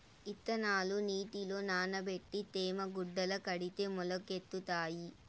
ఇత్తనాలు నీటిలో నానబెట్టి తేమ గుడ్డల కడితే మొలకెత్తుతాయి